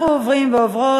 20 בעד,